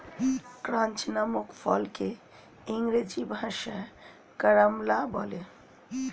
ক্রাঞ্চ নামক ফলকে ইংরেজি ভাষায় কারাম্বলা বলে